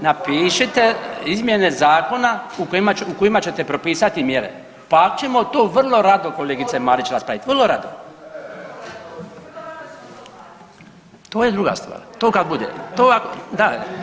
Napišite izmjene zakona u kojima ćete propisati mjere, pa ćemo to vrlo rado kolegice Marić raspravit, vrlo rado. … [[Upadica iz klupe se ne razumije]] To je druga stvar, to kad bude, to da.